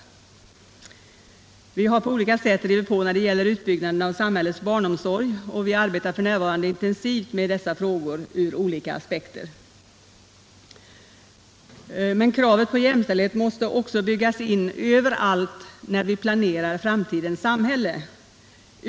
Vi har dessutom på olika sätt drivit på när det gäller utbyggnaden av samhällets barnomsorg, och vi arbetar f. n. intensivt med dessa frågor ur olika aspekter. Kravet på jämställdhet måste byggas in överallt när vi planerar framtidens samhälle.